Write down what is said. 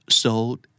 sold